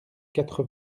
quatre